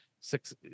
six